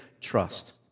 trust